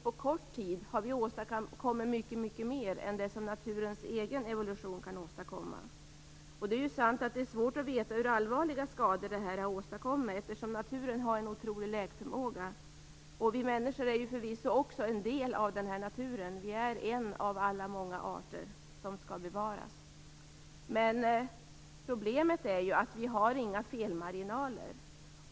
På kort tid har vi åstadkommit mycket, mycket mer än vad naturens egen evolution kan åstadkomma. Det är ju sant att det är svårt att veta hur allvarliga skador detta har åstadkommit, eftersom naturen har en otrolig läkförmåga. Vi människor är ju förvisso också en del av naturen. Vi är en av alla de många arter som skall bevaras. Men problemet är att vi inte har några felmarginaler.